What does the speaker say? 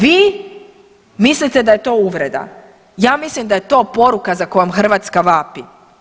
Vi mislite da je to uvreda, ja mislim da je to poruka za kojom Hrvatska vapi.